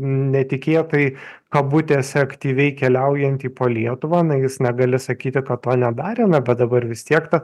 netikėtai kabutėse aktyviai keliaujantį po lietuvą na jis negali sakyti kad to nedarė na bet dabar vis tiek tas